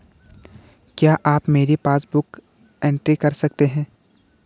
क्या आप मेरी पासबुक बुक एंट्री कर सकते हैं?